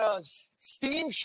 steam